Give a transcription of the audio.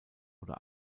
oder